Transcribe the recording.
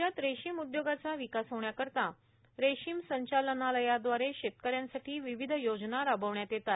राज्यात रेशीम उद्योगाचा विकास होण्याकरिता रेशीम संचालनालयाव्दारे शेतकऱ्यांसाठी विविध योजना राबविण्यात येतात